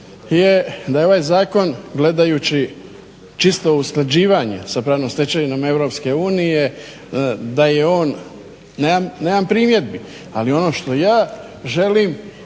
je da je ovaj zakon gledajući čisto usklađivanje sa pravnom stečevinom EU da je on, nemam primjedbi. Ali ono što ja želim